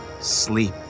sleep